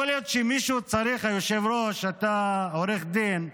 יכול להיות שמישהו צריך, היושב-ראש, אתה עורך דין,